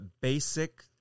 basic